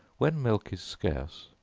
when milk is scarce,